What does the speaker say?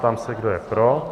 Ptám se, kdo je pro.